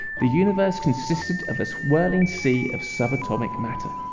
the universe consisted of a swirling sea of subatomic matter.